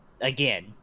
again